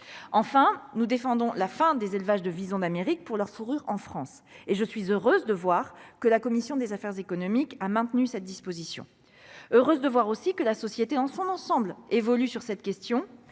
Enfin, nous défendons la fin des élevages de visons d'Amérique pour leur fourrure en France. Et je suis heureuse de voir que la commission des affaires économiques a maintenu cette disposition, tout comme je suis heureuse de voir que la société dans son ensemble évolue sur le sujet.